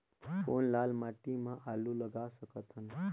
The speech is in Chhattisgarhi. कौन लाल माटी म आलू लगा सकत हन?